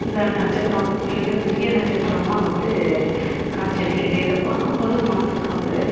இந்த நட்சத்திரம் வந்து மிகப்பெரிய நட்சத்திரமாக வந்து காட்சியளிக்குது இதை பார்க்கும் போது மனதுக்கு வந்து